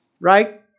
right